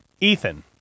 Ethan